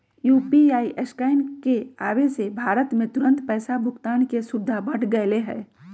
UPI scan के आवे से भारत में तुरंत पैसा भुगतान के सुविधा बढ़ गैले है